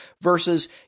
versus